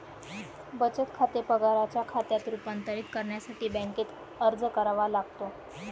बचत खाते पगाराच्या खात्यात रूपांतरित करण्यासाठी बँकेत अर्ज करावा लागतो